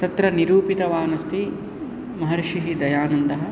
तत्र निरूपितवान्नस्ति महर्षिः दयानन्दः